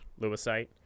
lewisite